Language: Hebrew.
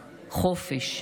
חופש,